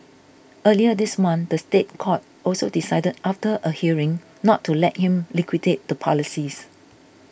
earlier this month the State Court also decided after a hearing not to let him liquidate the policies